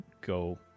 go